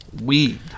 weed